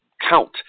count